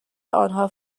آنها